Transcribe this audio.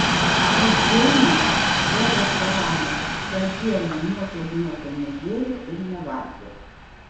juk džeinė be restorano tą dieną niekur nieko negėrė ir nevalgė